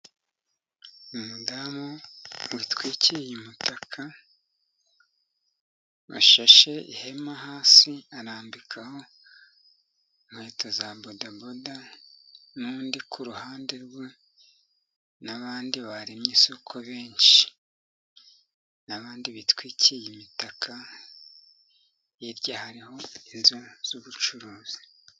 Umudamu witwikiye umutaka, washashe ihema hasi arambikaho inkweto za bodaboda, n'undi ku ruhande rwe, n'abandi baremye isoko benshi, n'abandi bitwikiye imitaka, hirya hariho inzu z'ubucuruzi.